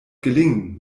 gelingen